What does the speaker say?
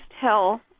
tell